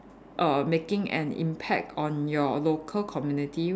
err making an impact on your local community